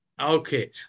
Okay